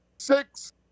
Six